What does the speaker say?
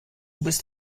bist